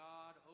God